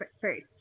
first